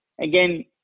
Again